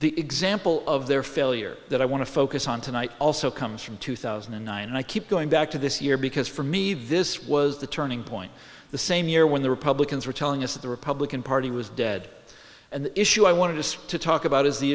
the example of their failure that i want to focus on tonight also comes from two thousand and nine and i keep going back to this year because for me this was the turning point the same year when the republicans were telling us that the republican party was dead and the issue i wanted to talk about is the